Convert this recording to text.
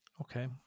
Okay